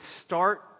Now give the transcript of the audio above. start